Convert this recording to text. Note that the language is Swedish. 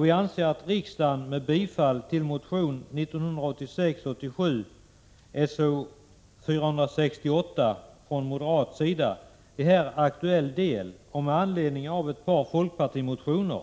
Vi anser att riksdagen med bifall till motion 1986/87:S0468 från moderaterna i här aktuell del och med anledning av ett par folkpartimotioner,